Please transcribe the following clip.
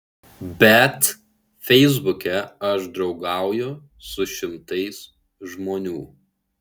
bet feisbuke aš draugauju su šimtais žmonių